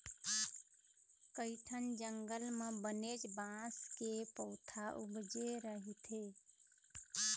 कइठन जंगल म बनेच बांस के पउथा उपजे रहिथे